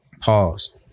Pause